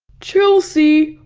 chelsea,